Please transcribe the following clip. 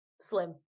slim